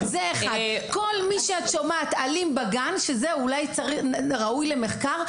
כל מי שאת שומעת אלים בגן, שזה אולי ראוי למחקר,